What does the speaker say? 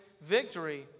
victory